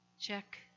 Check